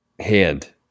hand